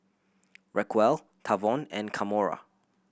Racquel Tavon and Kamora